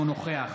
אינו נוכח